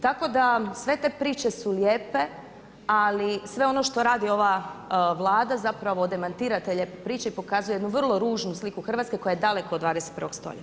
Tako da sve te priče su lijepe, ali sve ono što radi ova Vlada zapravo demantira te priče i pokazuje jednu vrlo ružnu sliku Hrvatske koja je daleko od 21. stoljeća.